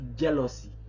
jealousy